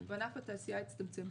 וענף התעשייה הצטמצם.